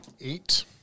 Eight